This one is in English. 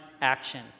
action